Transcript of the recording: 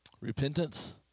Repentance